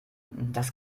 das